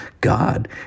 God